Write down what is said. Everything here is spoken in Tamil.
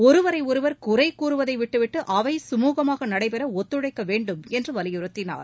ஒருவரையொருவர் குறைகூறுவதை கைவிட்டு அவை சுமுகமாக நடைபெற ஒத்துழைக்க வேண்டும் என்று வலியுறுத்தினார்